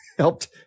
Helped